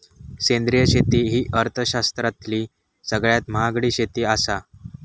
सेंद्रिय शेती ही अर्थशास्त्रातली सगळ्यात महागडी शेती आसा